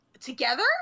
Together